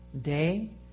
day